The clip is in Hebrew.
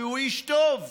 והוא איש טוב וראוי,